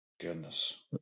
goodness